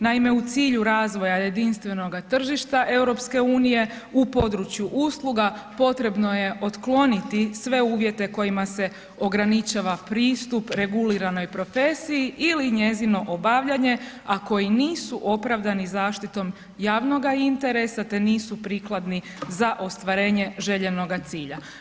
Naime, u cilju razvoja jedinstvenoga tržišta EU u području usluga potrebno je otkloniti sve uvjete kojima se ograničava pristup reguliranoj profesiji ili njezino obavljanje ako i nisu opravdani zaštitom javnoga interesa te nisu prikladni za ostvarenje željenoga cilja.